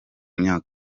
myaka